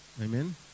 Amen